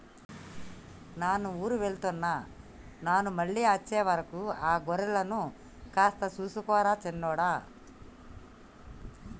నాను ఊరు వెళ్తున్న నాను మళ్ళీ అచ్చే వరకు ఆ గొర్రెలను కాస్త సూసుకో రా సిన్నోడా